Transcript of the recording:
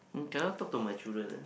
um cannot talk to my children ah